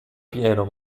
pieno